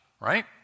right